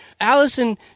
Allison